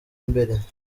imbere